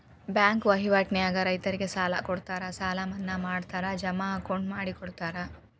bank ವಹಿವಾಟ ನ್ಯಾಗ ರೈತರಿಗೆ ಸಾಲ ಕೊಡುತ್ತಾರ ಸಾಲ ಮನ್ನಾ ಮಾಡ್ತಾರ ಜಮಾ ಅಕೌಂಟ್ ಮಾಡಿಕೊಡುತ್ತಾರ